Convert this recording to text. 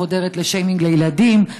חודרת בשיימינג של ילדים,